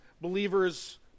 believers